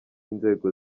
inzego